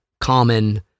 common